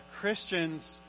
Christians